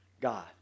God